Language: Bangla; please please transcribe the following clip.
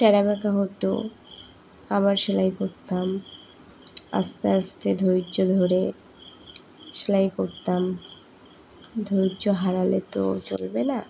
ট্যাড়া ব্যাকা হতো আবার সেলাই করতাম আস্তে আস্তে ধৈর্য ধরে সেলাই করতাম ধৈর্য হারালে তো চলবে না